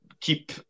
keep